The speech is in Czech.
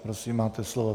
Prosím, máte slovo.